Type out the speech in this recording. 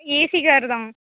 AC car தான்